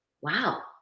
Wow